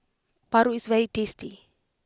Paru is very tasty